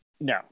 No